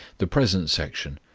the present section,